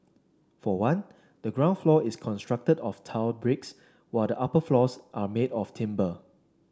for one the ground floor is constructed of tiled bricks while the upper floors are made of timber